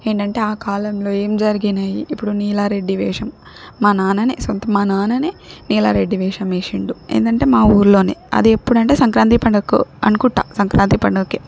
ఏంటంటే ఆ కాలంలో ఏం జరిగినాయి ఇప్పుడు నీలా రెడ్డి వేషం మా నాననే సొంత మా నాననే నీలారెడ్డి వేషం ఏషిండు ఏందంటే మా ఊర్లోనే అది ఎప్పుడంటే సంక్రాంతి పండక్కు అనుకుట్టా సంక్రాంతి పండక్కే